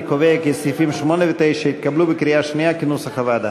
אני קובע כי סעיפים 8 ו-9 התקבלו בקריאה שנייה כנוסח הוועדה.